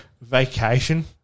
Vacation